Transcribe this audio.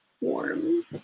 warm